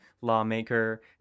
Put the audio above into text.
lawmaker